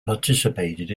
participated